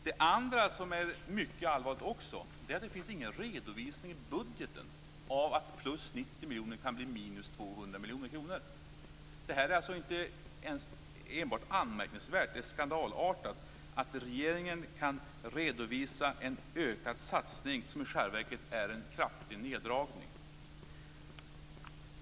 Det andra som är mycket allvarligt är att det inte finns någon redovisning i budgeten av att plus 90 miljoner skall bli minus 200 miljoner kronor. Det här är inte enbart anmärkningsvärt. Det är skandalartat att regeringen kan redovisa en ökad satsning som i själva verket är en kraftig neddragning.